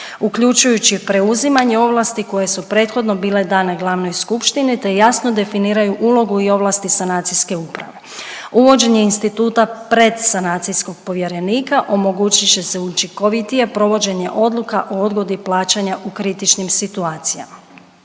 uključujući preuzimanje ovlasti koje su prethodno bile dane glavnoj skupštini te jasno definiraju ulogu i ovlasti sanacijske uprave. Uvođenje instituta predsanacijskog povjerenika, omogućit će se učinkovitije provođenje odluka o odgodi plaćanja u kritičnim situacijama.